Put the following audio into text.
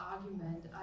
argument